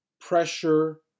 pressure